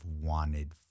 wanted